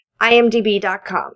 IMDB.com